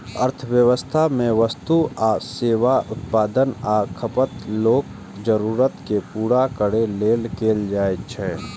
अर्थव्यवस्था मे वस्तु आ सेवाक उत्पादन आ खपत लोकक जरूरत कें पूरा करै लेल कैल जाइ छै